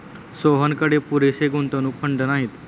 सोहनकडे पुरेसे गुंतवणूक फंड नाहीत